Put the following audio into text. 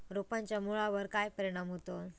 रोपांच्या मुळावर काय परिणाम होतत?